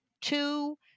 two